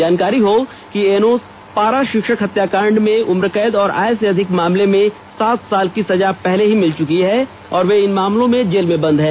जानकारी हो कि एनोस पारा षिक्षक हत्याकांड में उम्रकैद और आय से अधिक मामले में सात साल की सजा पहले ही मिल चुकी है और वे इन मामलों में जेल में बंद हैं